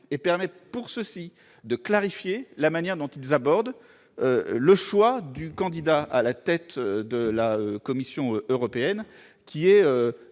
et permet à ceux-ci de clarifier la manière dont ils abordent le choix du candidat à la tête de la Commission européenne, qui est